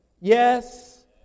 yes